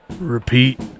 Repeat